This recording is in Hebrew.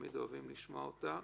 לשמוע אותה.